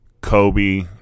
Kobe